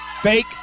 Fake